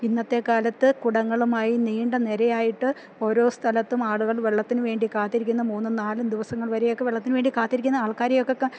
ഇന്നത്തെക്കാലത്ത് കുടങ്ങളുമായി നീണ്ട നിരയായിട്ട് ഓരോ സ്ഥലത്തും ആളുകൾ വെള്ളത്തിനു വേണ്ടി കാത്തിരിക്കുന്ന മൂന്നും നാലും ദിവസങ്ങള് വരെയൊക്കെ വെള്ളത്തിനു വേണ്ടി കാത്തിരിക്കുന്ന ആൾക്കാരൊക്കെ